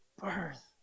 birth